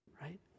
Right